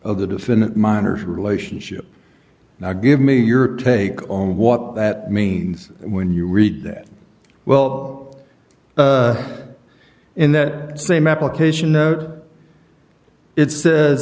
of the defendant minors relationship now give me your take on what that means when you read that well in that same application that it says